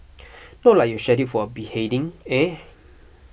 not like you're scheduled for a beheading eh